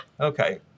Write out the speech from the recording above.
okay